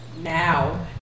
now